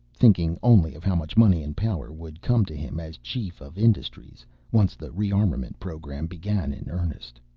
thinking only of how much money and power would come to him as chief of industries once the rearmament program began in earnest.